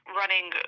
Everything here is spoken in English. running